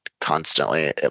constantly